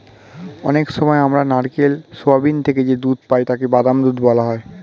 অনেক সময় আমরা নারকেল, সোয়াবিন থেকে যে দুধ পাই তাকে বাদাম দুধ বলা হয়